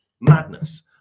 Madness